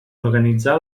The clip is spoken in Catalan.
organitzà